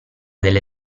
delle